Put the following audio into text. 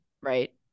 right